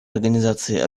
организации